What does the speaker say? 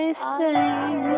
stay